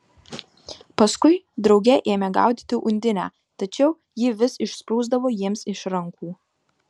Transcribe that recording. paskui drauge ėmė gaudyti undinę tačiau ji vis išsprūsdavo jiems iš rankų